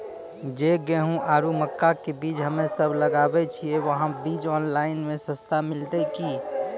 जे गेहूँ आरु मक्का के बीज हमे सब लगावे छिये वहा बीज ऑनलाइन मे सस्ता मिलते की?